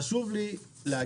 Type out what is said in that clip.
חשוב לי להגיד,